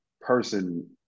person